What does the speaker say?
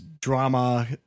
drama